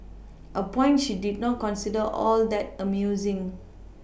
a point she did not consider all that amusing